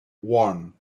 one